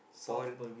fall